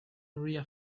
maria